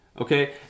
Okay